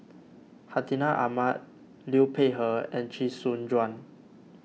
Hartinah Ahmad Liu Peihe and Chee Soon Juan